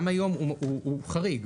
גם היום הוא חריג,